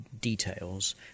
details